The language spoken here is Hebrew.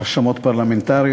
אין מתנגדים,